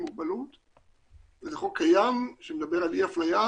מוגבלות וזה חוק קיים שמדבר על אי אפלייה